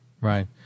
Right